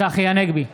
צחי הנגבי,